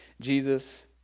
Jesus